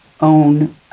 own